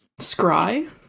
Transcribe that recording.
Scry